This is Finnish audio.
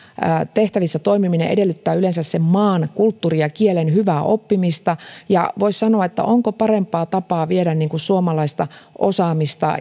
tehtävissä toimiminen edellyttää yleensä sen maan kulttuurin ja kielen hyvää oppimista ja voisi sanoa että onko parempaa tapaa viedä suomalaista osaamista